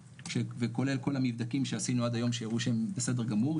וכולל כל המבדקים שעשינו עד היום שהראו שהם בסדר גמור,